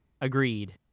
agreed